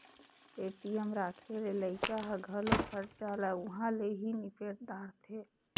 ATM राखे ले लइका ह घलो खरचा ल उंहा ले ही निपेट दारथें